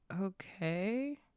okay